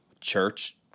church